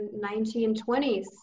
1920s